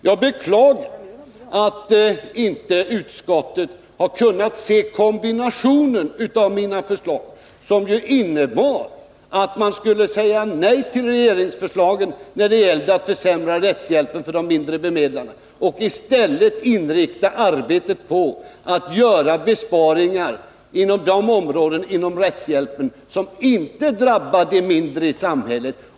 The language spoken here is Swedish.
Jag beklagar att utskottet inte har kunnat kombinera mina förslag. De innebär att man skulle säga nej till regeringsförslaget att försämra rättshjälpen för de mindre bemedlade och i stället inrikta arbetet på att göra besparingar på de områden av rättshjälpen som inte drabbar de mindre i samhället.